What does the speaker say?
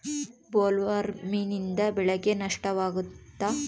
ಬೊಲ್ವರ್ಮ್ನಿಂದ ಬೆಳೆಗೆ ನಷ್ಟವಾಗುತ್ತ?